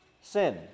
sin